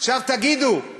עכשיו תגידו,